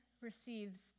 receives